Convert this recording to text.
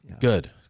good